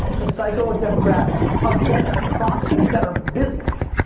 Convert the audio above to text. to psychodemographics against proxies that are business.